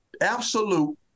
absolute